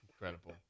Incredible